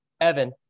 Evan